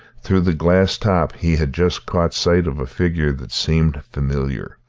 through the glass top he had just caught sight of a figure that seemed familiar.